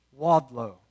Wadlow